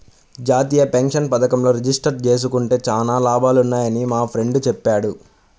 జాతీయ పెన్షన్ పథకంలో రిజిస్టర్ జేసుకుంటే చానా లాభాలున్నయ్యని మా ఫ్రెండు చెప్పాడు